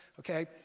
okay